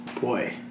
Boy